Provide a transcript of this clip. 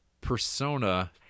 persona